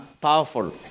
powerful